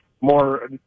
more